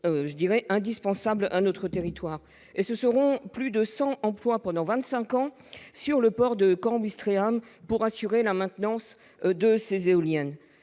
je dirais indispensable à notre territoire et ce seront plus de 100 employes pendant 25 ans sur le port de cambistes pour assurer la maintenance de ces éoliennes